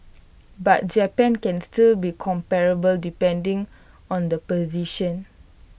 but Japan can still be comparable depending on the position